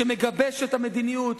שמגבש את המדיניות,